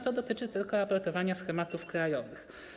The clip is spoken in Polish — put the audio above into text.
To dotyczy tylko raportowania schematów krajowych.